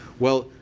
well,